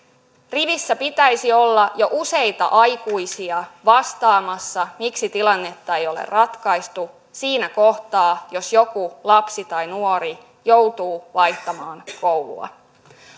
rivissä pitäisi olla jo useita aikuisia vastaamassa miksi tilannetta ei ole ratkaistu siinä kohtaa jos joku lapsi tai nuori joutuu vaihtamaan koulua